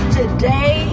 today